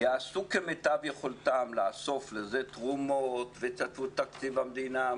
יעשו כמיטב יכולתם לאסוף לזה תרומות וסכומים מתקציב המדינה,